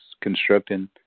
constructing